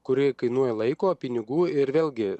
kuri kainuoja laiko pinigų ir vėlgi